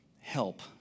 help